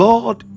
God